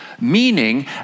meaning